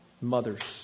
mothers